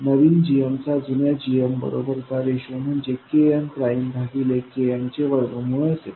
नवीन gmचा जुन्या gm बरोबर चा रेशो म्हणजे Kn प्राइम भागिले Kn चे वर्गमूळ असेल